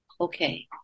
Okay